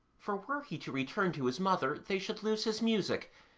for were he to return to his mother they should lose his music,